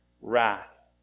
wrath